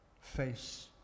face